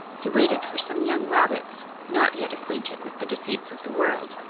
he waited for some young rabbits, not yet acquainted with the deceits of the world,